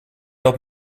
dat